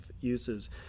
uses